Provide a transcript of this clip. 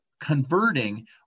converting